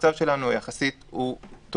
המצב שלנו הוא יחסית טוב.